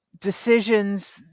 decisions